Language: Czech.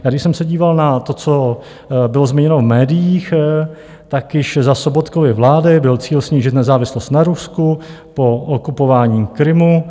Když jsem se díval na to, co bylo zmíněno v médiích, tak již za Sobotkovy vlády byl cíl snížit nezávislost na Rusku po okupování Krymu.